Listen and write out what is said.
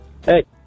Hey